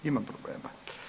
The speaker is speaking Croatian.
Ima problema.